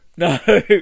No